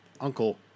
uncle